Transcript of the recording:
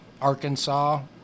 Arkansas